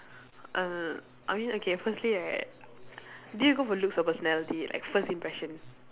err I mean okay firstly right do you go for looks or personality like first impression